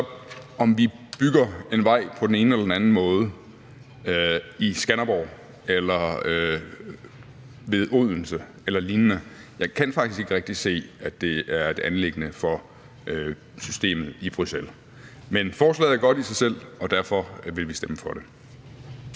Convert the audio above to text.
om vi bygger en vej på den ene eller den anden måde i Skanderborg eller ved Odense eller lignende, kan jeg faktisk ikke rigtig se er et anliggende for systemet i Bruxelles. Men forslaget er godt i sig selv, og derfor vil vi stemme for det.